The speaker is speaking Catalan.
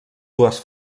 dues